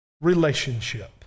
relationship